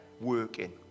working